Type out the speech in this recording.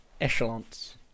echelons